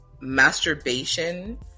Masturbation